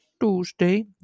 Tuesday